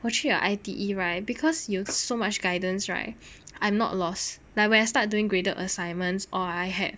我去 your I_T_E right because 有 so much guidance right I'm not lost like when I start doing graded assignments or I had